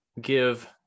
give